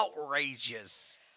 outrageous